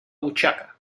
butxaca